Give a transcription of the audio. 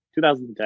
2010